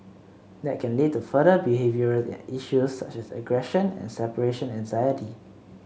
that can lead to further behavioural issues such as aggression and separation anxiety